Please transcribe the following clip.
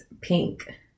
pink